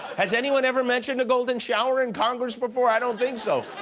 has anyone ever mentioned a golden shower in congress before? i don't think so.